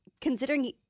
considering